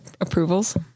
approvals